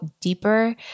deeper